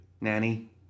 Nanny